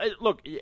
look